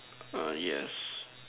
ah yes